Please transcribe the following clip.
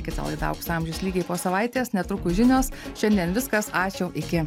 kita laida aukso amžius lygiai po savaitės netrukus žinios šiandien viskas ačiū iki